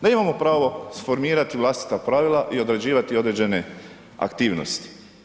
Da imamo pravo sformirati vlastita pravila i određivati određene aktivnosti.